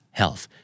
health